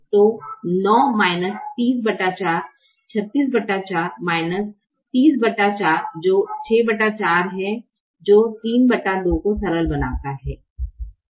तो 9 304 364 304 जो 64 है जो 32 को सरल बनाता है